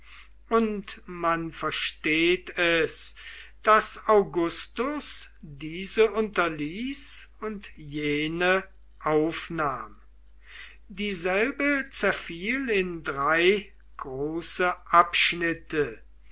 und man versteht es daß augustus diese unterließ und jene aufnahm dieselbe zerfiel in drei große abschnitte